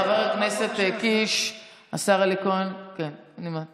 חבר הכנסת קיש, השר אלי כהן, תנו לו לסיים.